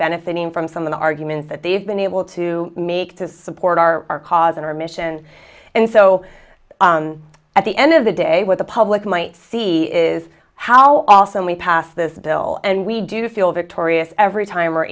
benefiting from some of the arguments that they've been able to make to support our cause and our mission and so at the end of the day what the public might see is how often we pass this bill and we do feel victorious every time we're